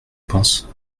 pense